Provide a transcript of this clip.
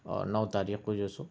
اور نو تاریخ کو جو سو